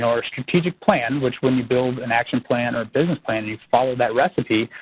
or strategic plan which when you build an action plan or business plan you follow that recipe.